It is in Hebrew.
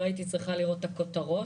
לא הייתי צריכה לראות את הכותרות